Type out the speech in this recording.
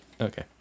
Okay